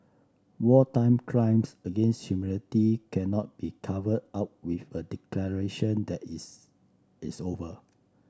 wartime crimes against humanity cannot be covered up with a declaration that it's it's over